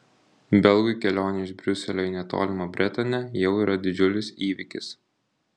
belgui kelionė iš briuselio į netolimą bretanę jau yra didžiulis įvykis